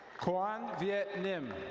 kuon viet nim.